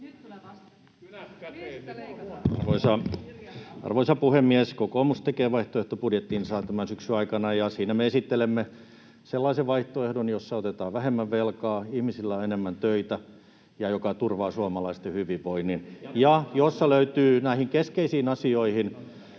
Arvoisa puhemies! Kokoomus tekee vaihtoehtobudjettinsa tämän syksyn aikana, ja siinä me esittelemme sellaisen vaihtoehdon, jossa otetaan vähemmän velkaa ja ihmisillä on enemmän töitä ja joka turvaa suomalaisten hyvinvoinnin ja jossa löytyy määrärahoja myöskin näihin